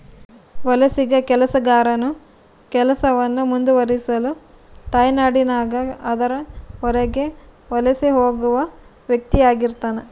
ವಲಸಿಗ ಕೆಲಸಗಾರನು ಕೆಲಸವನ್ನು ಮುಂದುವರಿಸಲು ತಾಯ್ನಾಡಿನಾಗ ಅದರ ಹೊರಗೆ ವಲಸೆ ಹೋಗುವ ವ್ಯಕ್ತಿಆಗಿರ್ತಾನ